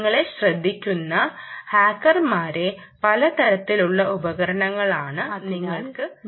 നിങ്ങളെ ശ്രദ്ധിക്കുന്ന ഹാക്കർമാരായ പല തരത്തിലുള്ള ഉപകരണങ്ങളാണ് നിങ്ങൾക്ക് ചുറ്റുമുള്ളത്